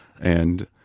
And-